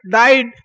died